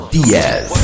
Diaz